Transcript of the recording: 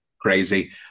crazy